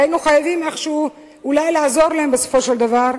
והיינו חייבים איכשהו אולי לעזור להם בסופו של דבר.